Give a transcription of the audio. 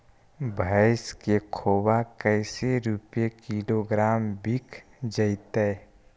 भैस के खोबा कैसे रूपये किलोग्राम बिक जइतै?